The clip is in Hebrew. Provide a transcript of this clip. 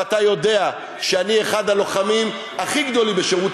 ואתה יודע שאני אחד הלוחמים הכי גדולים בשירות